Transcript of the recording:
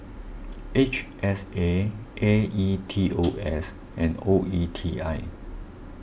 H S A A E T O S and O E T I